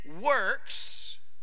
works